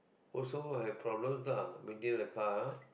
also have problems lah maintaining the car